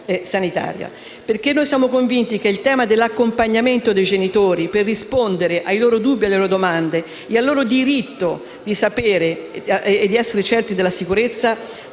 Siamo infatti convinti che il tema dell'accompagnamento dei genitori per rispondere ai loro dubbi, alle loro domande e al loro diritto di sapere, di essere certi della sicurezza,